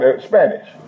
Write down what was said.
Spanish